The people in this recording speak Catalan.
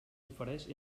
difereix